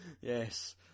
Yes